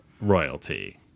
royalty